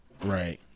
Right